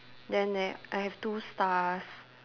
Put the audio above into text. then there I have two stars